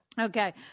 Okay